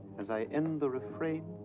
as i end the refrain.